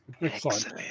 Excellent